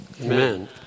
Amen